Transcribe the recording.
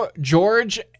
George